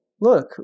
Look